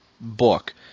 book